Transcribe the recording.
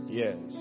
yes